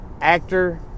actor